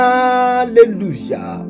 Hallelujah